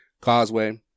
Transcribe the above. Causeway